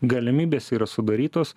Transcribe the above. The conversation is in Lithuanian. galimybės yra sudarytos